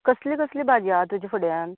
कसली कसली भाजी आसा तुज्या फुड्यान